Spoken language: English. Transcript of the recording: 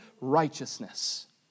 righteousness